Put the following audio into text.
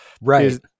Right